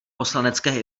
poslanecké